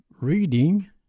reading